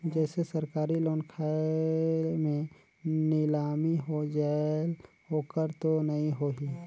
जैसे सरकारी लोन खाय मे नीलामी हो जायेल ओकर तो नइ होही?